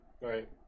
Right